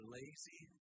lazy